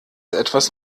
etwas